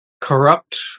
corrupt